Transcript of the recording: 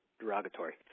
derogatory